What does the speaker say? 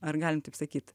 ar galim taip sakyt